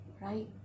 right